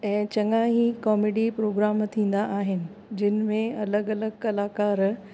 ऐं चङा ई कॉमेडी प्रोग्राम थींदा आहिनि जिन में अलॻि अलॻि कलाकारु